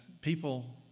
people